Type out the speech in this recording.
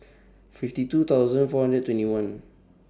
fifty two thousand four hundred and twenty one